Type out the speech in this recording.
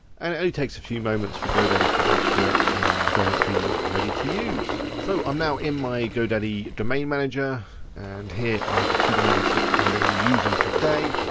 and it only takes a few moments for godaddy to register it and then it'll be ready to use. so i'm not in my godaddy domain manager and here are the two domains that i'm gonna be using today.